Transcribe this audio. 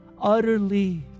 utterly